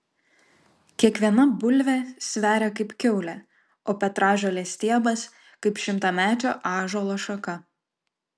kiekviena bulvė sveria kaip kiaulė o petražolės stiebas kaip šimtamečio ąžuolo šaka